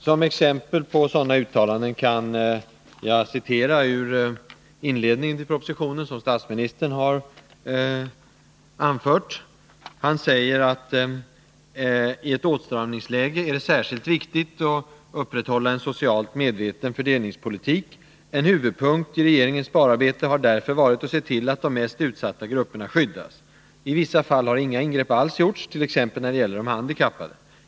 Som exempel på sådana yttranden kan jag citera ur inledningen till propositionen, där statsministern anfört bl.a. följande: ”I ett åtstramningsläge är det särskilt viktigt att upprätthålla en socialt medveten fördelningspolitik. En huvudpunkt i regeringens spararbete har därför varit att se till att de mest utsatta grupperna skyddas. I vissa fall har inga ingrepp gjorts, t.ex. när det gäller de handikappade.